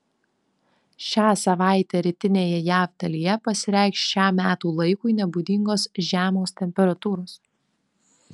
šią savaitę rytinėje jav dalyje pasireikš šiam metų laikui nebūdingos žemos temperatūros